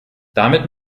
damit